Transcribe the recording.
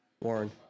Warren